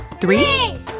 Three